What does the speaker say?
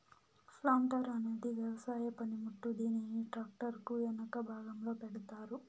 planter అనేది వ్యవసాయ పనిముట్టు, దీనిని ట్రాక్టర్ కు ఎనక భాగంలో పెడతారు